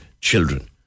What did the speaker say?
children